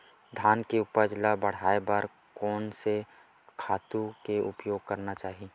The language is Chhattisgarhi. धान के उपज ल बढ़ाये बर कोन से खातु के उपयोग करना चाही?